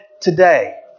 today